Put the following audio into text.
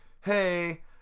hey